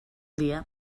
dia